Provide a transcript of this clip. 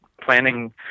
planning